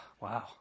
wow